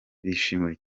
bishimiwe